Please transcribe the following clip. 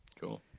Cool